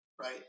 right